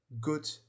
good